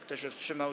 Kto się wstrzymał?